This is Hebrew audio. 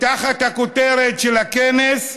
והכותרת של הכנס,